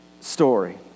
story